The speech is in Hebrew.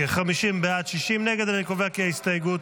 אני קובע כי ההסתייגות